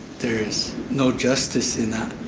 there is no justice in that.